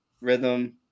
rhythm